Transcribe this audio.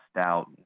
stout